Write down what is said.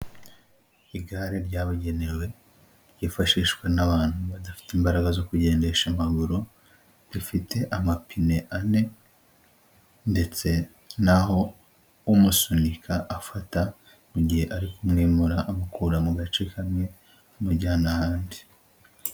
Igare ryabugenewe ryifashishwa n'abantu badafite imbaraga zo kugendesha amaguru, rifite amapine ane, ndetse n'aho umusunika afata, mu gihe ari kumwimura amukura mu gace kamwe amujyana ahandi.